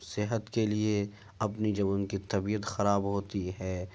صحت کے لیے اپنی جب ان کی طبیعت خراب ہوتی ہے